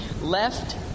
Left